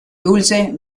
dulce